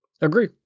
Agree